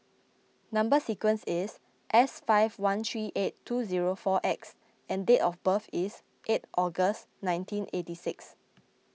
Number Sequence is S five one three eight two zero four X and date of birth is eight August nineteen eighty six